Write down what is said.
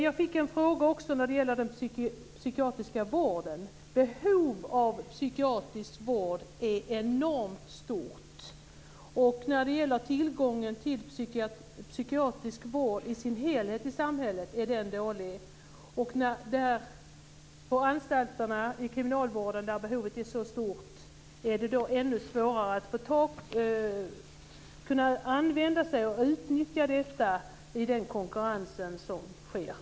Jag fick en fråga om den psykiatriska vården. Behovet av psykiatrisk vård är enormt stort. Tillgången till psykiatrisk vård i samhället i sin helhet är dålig. På anstalterna och i kriminalvården är behovet stort. Där är det ännu svårare att kunna utnyttja den vården i den konkurrens som finns.